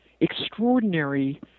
extraordinary